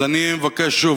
אז אני מבקש שוב.